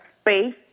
space